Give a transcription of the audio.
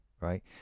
right